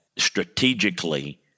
strategically